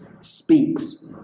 speaks